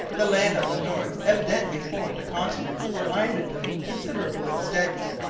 the land on the north evidently formed a continent or island of considerable extent.